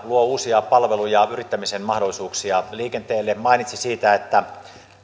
luo uusia palveluja yrittämisen mahdollisuuksia liikenteelle ja mainitsi siitä että